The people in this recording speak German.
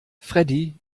freddie